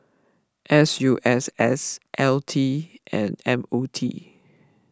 S U S S L T and M O T